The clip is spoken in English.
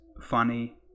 funny